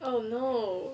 oh no